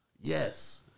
yes